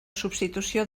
substitució